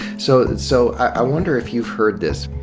so so, i wonder if you've heard this.